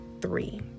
three